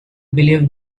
believe